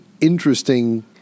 interesting